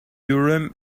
urim